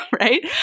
right